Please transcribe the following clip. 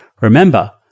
Remember